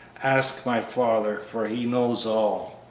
ask my father, for he knows all.